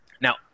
Now